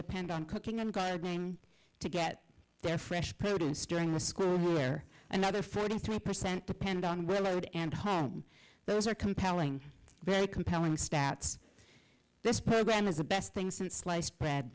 depend on cooking and going to get their fresh produce during a school where another forty three percent depend on what mode and home those are compelling very compelling stats this program is the best thing since sliced bread